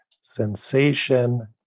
sensation